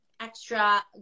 extra